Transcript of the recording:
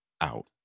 out